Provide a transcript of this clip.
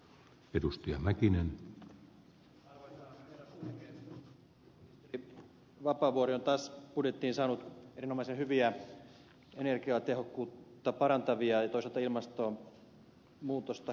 ministeri vapaavuori on taas budjettiin saanut erinomaisen hyviä energiatehokkuutta parantavia ja toisaalta ilmastonmuutosta hillitseviä määrärahaesityksiä